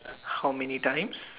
how many times